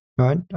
right